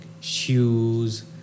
shoes